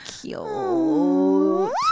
cute